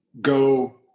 go